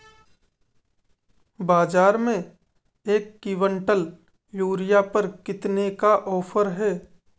बाज़ार में एक किवंटल यूरिया पर कितने का ऑफ़र है?